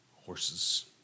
horses